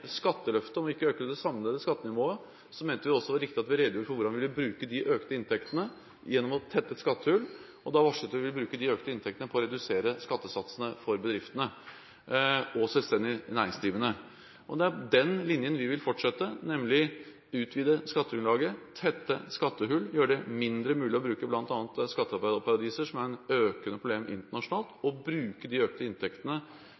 om ikke å øke det samlede skattenivået, mente vi også det var riktig at vi redegjorde for hvordan vi ville bruke de økte inntektene gjennom å tette et skattehull. Da varslet vi at vi vil bruke de økte inntektene på å redusere skattesatsene for bedriftene og selvstendig næringsdrivende. Det er den linjen vi vil fortsette, nemlig å utvide skattegrunnlaget, tette skattehull, gjøre det mindre mulig å bruke bl.a. skatteparadiser, noe som er et økende problem internasjonalt, og bruke de økte inntektene